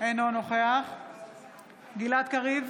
אינו נוכח גלעד קריב,